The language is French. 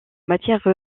matière